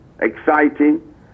exciting